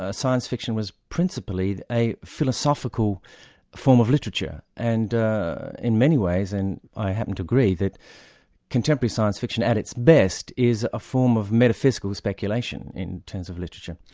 ah science fiction was principally a philosophical form of literature, and in many ways, and i happen to agree, that contemporary science fiction at its best, is a form of metaphysical speculation, in terms of literature.